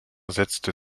setzte